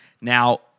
Now